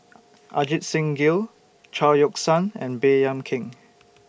Ajit Singh Gill Chao Yoke San and Baey Yam Keng